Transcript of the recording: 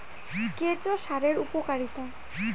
কেঁচো সারের উপকারিতা?